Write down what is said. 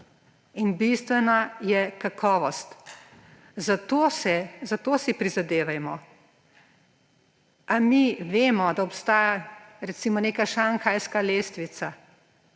In bistvena je kakovost. Za to si prizadevajmo! Ali mi vemo, da obstaja, recimo, neka šanghajska lestvica,